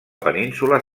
península